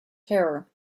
terror